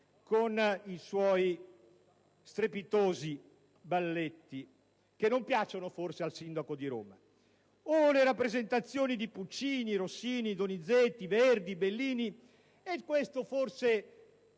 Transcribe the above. con i suoi strepitosi balletti, che non piacciono forse al sindaco di Roma; o ancora le rappresentazioni di Puccini, Rossini, Donizetti, Verdi e Bellini. Forse